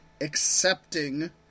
accepting